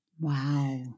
Wow